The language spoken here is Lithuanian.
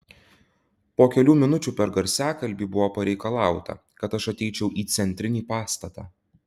po kelių minučių per garsiakalbį buvo pareikalauta kad aš ateičiau į centrinį pastatą